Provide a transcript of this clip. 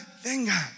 venga